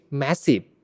massive